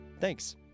Thanks